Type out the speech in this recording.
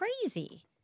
crazy